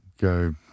go